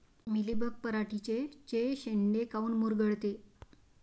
Mealybug पराटीचे चे शेंडे काऊन मुरगळते?